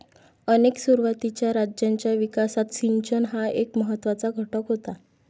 अनेक सुरुवातीच्या राज्यांच्या विकासात सिंचन हा एक महत्त्वाचा घटक होता